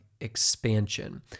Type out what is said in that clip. expansion